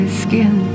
skin